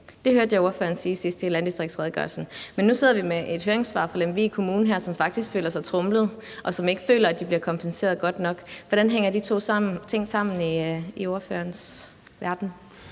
i forbindelse med landdistriktsredegørelsen. Nu sidder vi med et høringssvar fra Lemvig Kommune her, som faktisk føler sig tromlet, og som ikke føler, at de bliver kompenseret godt nok. Hvordan hænger de to ting sammen i ordførerens verden?